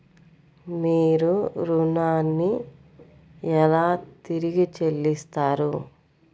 మీరు ఋణాన్ని ఎలా తిరిగి చెల్లిస్తారు?